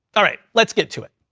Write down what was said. alright, let's get to it.